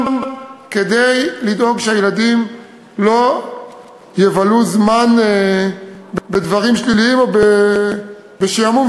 כדי לדאוג שהילדים לא יבלו זמן בדברים שליליים או בשעמום,